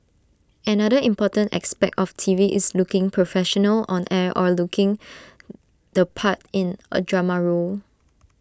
another important aspect of T V is looking professional on air or looking the part in A drama role